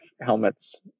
Helmet's